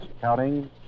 counting